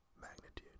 magnitude